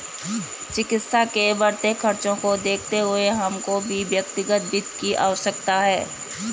चिकित्सा के बढ़ते खर्चों को देखते हुए हमको भी व्यक्तिगत वित्त की आवश्यकता है